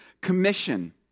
commission